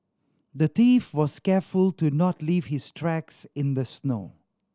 the thief was careful to not leave his tracks in the snow